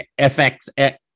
FX